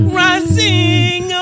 rising